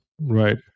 Right